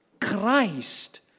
Christ